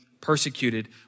persecuted